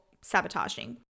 sabotaging